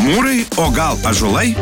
mūrai o gal ąžuolai